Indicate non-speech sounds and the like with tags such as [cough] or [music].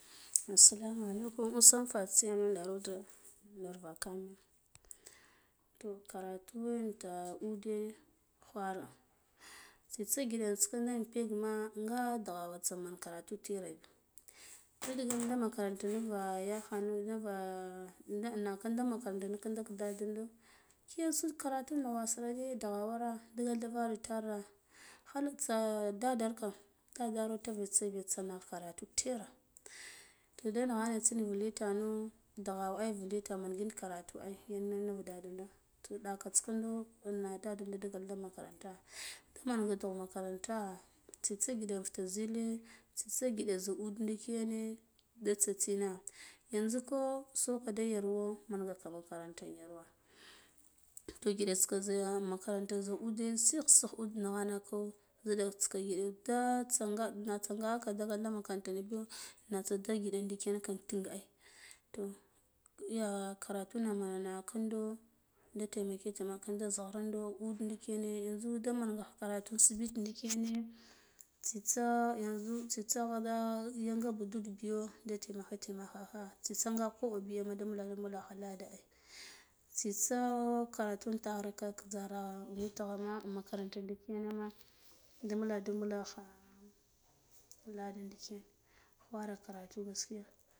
Assalamu alaikum usan fatsiya ma ndar witgha ndar vakane toh karatuwe inta ude ghwara tistsa ngiɗa tsiginde in pegima aga dughawa tsa man karatu terabi [noise] de digan da makaranta niva yakhono niva nakan de makaranti ya nikando k dadundo ke suk karatu naugwarsa ye ndughawara digalda vara itara khalak tsa dadarka dadaro tavatsin biya tsata karatu tera to di nagha ya tsin vilita no dughawo ai vilita mangin karatu ai yan niu dadara toh nda kata kindo naa dada da digal makaranta damanga dugh makaranta tsitsa gidi fita zile tsitsa ngiɗe za ud ndikere da tsatsi nagha yanzu ko soko da yarwo manga ka manga karatu yarwa toh gidata ka za makaranta za ude sigh sighj ude nagheno zidats ka diɗo daatsa ga natsagaka digilda makaranta na biyo natsa da giɗa ndikina kan ting ai toh ya karatuna mana kindo da temaka temak zarano ude ndikene yanzu damangah kha karatu sibite ndikire tsitsa yanzu tsitsa yanga bi ud biyo de temakha temakha tsitsa nga koɓo bi da mbulandu kha kide ai tsitsa kantu intere zarr witghe makaranta ndiken ma da mbuladu mbulakha lala ndiken khwara karatu gaskiya